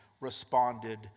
responded